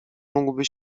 mógłby